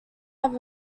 have